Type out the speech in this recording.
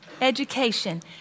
education